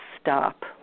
stop